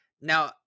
Now